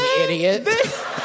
idiot